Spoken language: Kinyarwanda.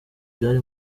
byari